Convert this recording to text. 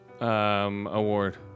award